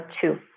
two